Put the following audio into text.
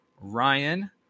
ryan